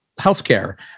healthcare